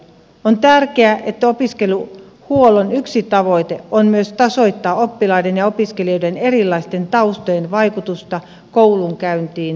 on tärkeää että opiskelijahuollon yksi tavoite on myös tasoittaa oppilaiden ja opiskelijoiden erilaisten taustojen vaikutusta koulunkäyntiin ja opiskeluun